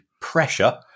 pressure